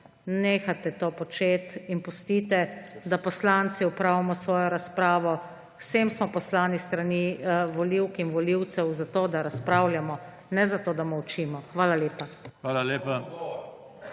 nehate to početi in pustite, da poslanci opravimo svojo razpravo. Sem smo poslani s strani volivk in volivcev zato, da razpravljamo, ne zato, da molčimo. Hvala lepa.